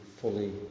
fully